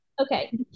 Okay